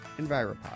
EnviroPod